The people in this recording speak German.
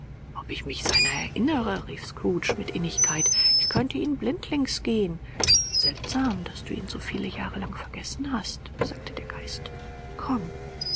ob ich mich seiner erinnere rief scrooge mit innigkeit ich könnte ihn blindlings gehen seltsam daß du ihn so viele jahre lang vergessen hast sagte der geist komm